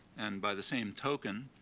and by the same token,